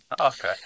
Okay